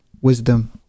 wisdom